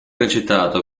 recitato